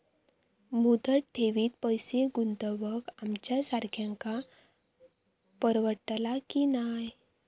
मुदत ठेवीत पैसे गुंतवक आमच्यासारख्यांका परवडतला की नाय?